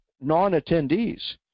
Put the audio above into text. non-attendees